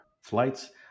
flights